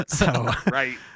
Right